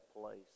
place